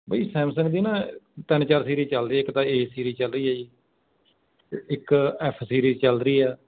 ਬਈ ਸੈਮਸੰਗ ਦੀ ਨਾ ਤਿੰਨ ਚਾਰ ਸੀਰੀਜ਼ ਚੱਲਦੀ ਆ ਇੱਕ ਤਾਂ ਏ ਸੀਰੀਜ਼ ਚੱਲ ਰਹੀ ਹੈ ਜੀ ਇੱਕ ਐੱਫ ਸੀਰੀਜ਼ ਚੱਲ ਰਹੀ ਆ